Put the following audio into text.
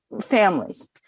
families